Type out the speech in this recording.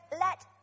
Let